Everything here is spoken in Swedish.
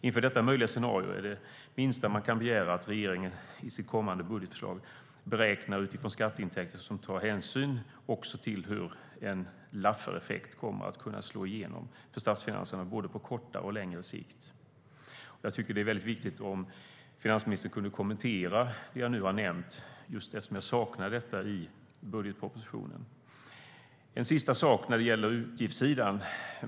Inför detta möjliga scenario är det minsta man kan begära att regeringen i sitt kommande budgetförslag beräknar utifrån skatteintäkter som tar hänsyn också till hur en Laffereffekt kommer att kunna slå igenom för statsfinanserna på både kortare och längre sikt. Det vore väldigt viktigt om finansministern kunde kommentera det jag nu har nämnt, eftersom jag saknar detta i budgetpropositionen. Jag vill säga en sista sak om utgiftssidan.